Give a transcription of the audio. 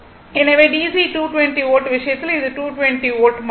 எனவே DC 220 volt விஷயத்தில் இது 220 வோல்ட் மட்டுமே